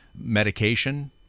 medication